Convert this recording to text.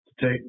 Take